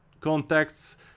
contacts